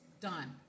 Done